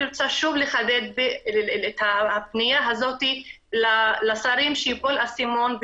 אני רוצה שוב לחדד את הפנייה הזאת לשרים שיפול האסימון,